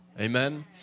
amen